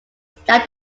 that